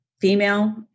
female